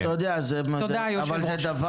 אבל אתה יודע --- זה פוליטי.